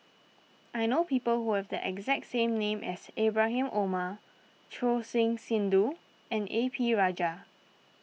I know people who have the exact name as Ibrahim Omar Choor Singh Sidhu and A P Rajah